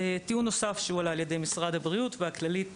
טיעון נוסף שהועלה על ידי משרד הבריאות והכללית